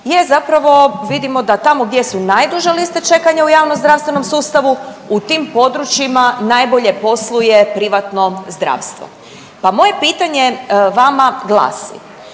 je zapravo vidimo da tamo gdje su najduže liste čekanja u javnozdravstvenom sustavu u tim područjima najbolje posluje privatno zdravstvo. Pa moje pitanje vama glasi,